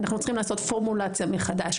אנחנו צריכים לעשות פורמולציה מחדש,